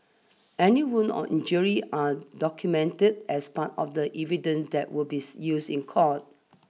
any wounds or injuries are documented as part of the evidence that will be used in court